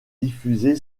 diffusé